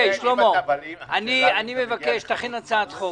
אליהו ברוכי, אני מבקש שתכין הצעת חוק.